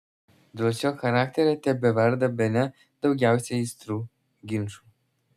dėl šio charakterio tebeverda bene daugiausiai aistrų ginčų